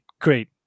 great